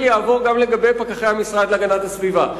יעבור גם לגבי פקחי המשרד להגנת הסביבה.